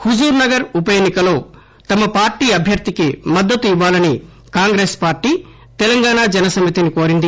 హుజుర్ నగర్ ఉపఎన్సి కలో తమ పార్టీ అభ్యర్దికి మద్దతివ్వాలని కాంగ్రెస్ పార్టీ తెలంగాణ జనసమితిని కోరింది